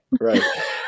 Right